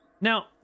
Now